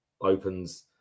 opens